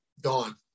gone